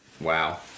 Wow